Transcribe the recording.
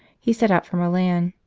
he set out for milan,